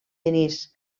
denis